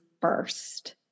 first